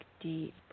deep